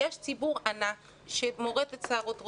יש ציבור ענק שמורט את שערות ראשו,